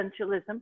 essentialism